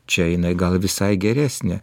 čia jinai gal visai geresnė